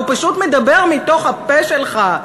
והוא פשוט מדבר מתוך הפה שלך.